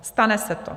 Stane se to.